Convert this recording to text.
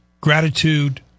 gratitude